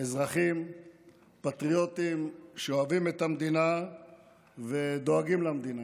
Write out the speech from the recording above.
אזרחים פטריוטים שאוהבים את המדינה ודואגים למדינה,